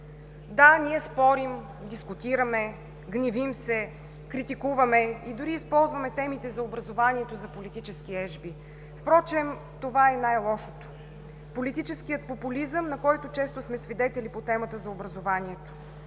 Да, ние спорим, дискутираме, гневим се, критикуваме и дори използваме темите за образованието за политически ежби. Впрочем това е и най-лошото – политическият популизъм, на който често сме свидетели по темата за образованието.